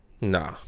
Nah